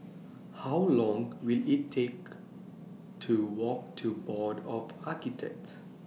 How Long Will IT Take to Walk to Board of Architects